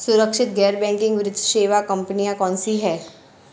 सुरक्षित गैर बैंकिंग वित्त सेवा कंपनियां कौनसी हैं?